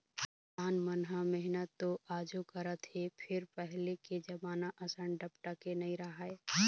किसान मन ह मेहनत तो आजो करत हे फेर पहिली के जमाना असन डपटके नइ राहय